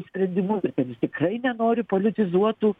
sprendimus ir kad jis tikrai nenori politizuotų